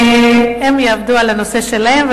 הם יעבדו על הנושא שלהם,